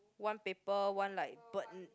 one paper one like bird